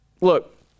Look